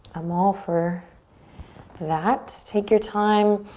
i'm all for that. take your time.